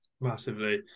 Massively